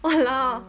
!wah! lao